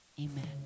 Amen